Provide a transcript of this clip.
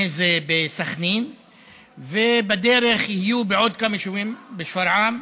אחד ושום עזרה.